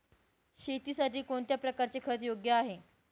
शेतीसाठी कोणत्या प्रकारचे खत योग्य आहे?